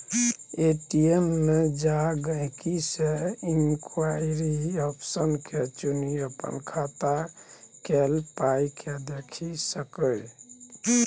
ATM मे जा गांहिकी बैलैंस इंक्वायरी आप्शन के चुनि अपन खाता केल पाइकेँ देखि सकैए